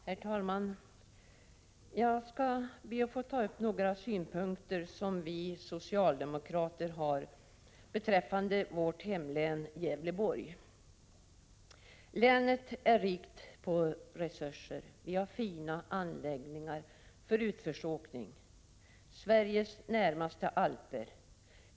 Herr talman! Jag skall ta upp några synpunkter som vi socialdemokrater har beträffande mitt hemlän Gävleborg. Länet är rikt på resurser. Vi har fina anläggningar för utförsåkning — ”Sveriges närmaste alper”.